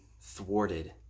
thwarted